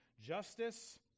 Justice